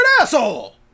asshole